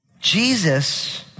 Jesus